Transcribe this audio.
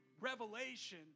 revelation